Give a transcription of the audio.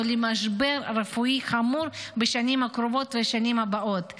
למשבר רפואי חמור בשנים הקרובות והשנים הבאות,